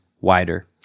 wider